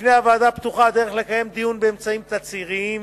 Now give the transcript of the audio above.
בפני הוועדה פתוחה הדרך לקיים דיון באמצעות תצהירים,